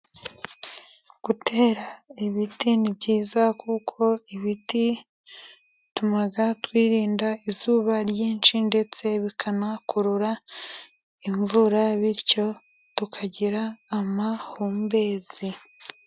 Gutera ibiti ni byiza kuko ibiti bituma twirinda izuba ryinshi, ndetse bikanakurura imvura bityo tukagira amahumbezi.